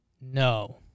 No